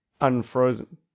unfrozen